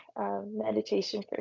meditation